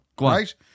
Right